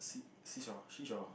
sea sea shore sea shore